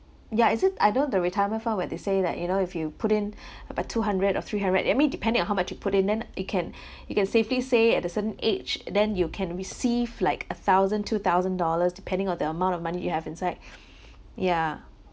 ya is it I know the retirement fund where they say that you know if you put in about two hundred or three hundred I mean depending on how much you put in then it can you can safely say at the certain age then you can receive like a thousand two thousand dollars depending on the amount of money you have inside ya